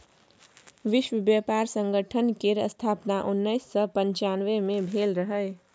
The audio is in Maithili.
विश्व बेपार संगठन केर स्थापन उन्नैस सय पनचानबे मे भेल रहय